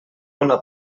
una